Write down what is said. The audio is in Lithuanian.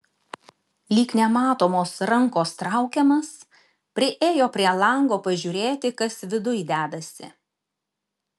lyg nematomos rankos traukiamas priėjo prie lango pažiūrėti kas viduj dedasi